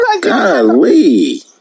Golly